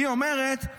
לִינוּר, לִינוּר.